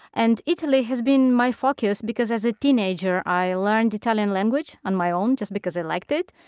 and italy has been my focus, because as a teenager i learned italian language on my own just because i liked it.